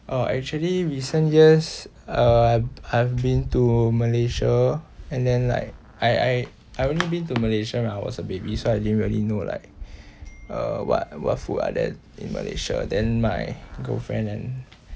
uh actually recent years uh I've been to malaysia and then like I I I only been to malaysia when I was a baby so I didn't really know like uh what what food are there in malaysia then my girlfriend and